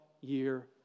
year